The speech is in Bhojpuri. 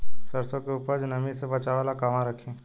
सरसों के उपज के नमी से बचावे ला कहवा रखी?